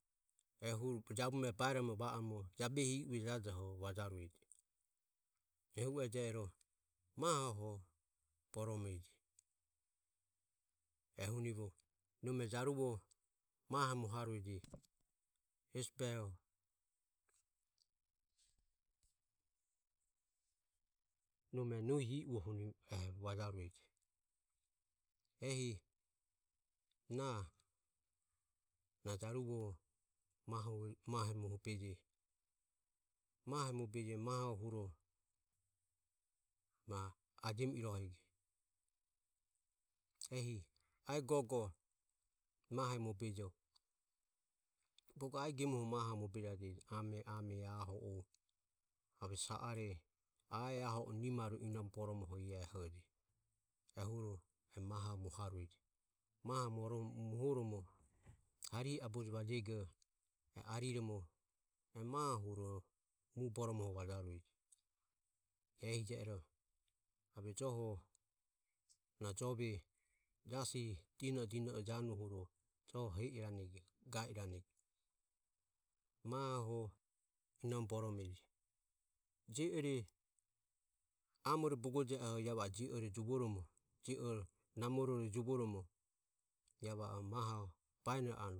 Ehuro jabume baromo va oromo jabehi iuoho vajarueje ehu e je ero mahoho boromeje ehunivo nome jaruvoho mahe moharueje ehesi behoho nome nohi iuohunivo. Ehi na jaruvoho mahe mobeje mahe huro na ajemi rohego ehi aegogo mahe mobejo bogo ae gemuo mahe mobejarue ame ame aho o ae aho o ave sa are nimarue inome boromo iae ehoji ehuro maho moharue e maho mohoromo harihe aboji vajago ariromo mahuro muboromo vajarue ehijero ave joho na jove jasi dinodino januohuro joho heiranego gairanego maho amore bogo je oho ia va jio ore juvoromo. namoro juvoromo maho baianu